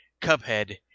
Cubhead